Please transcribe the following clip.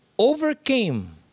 overcame